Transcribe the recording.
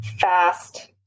fast